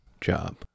job